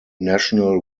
national